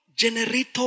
generator